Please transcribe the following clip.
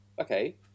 Okay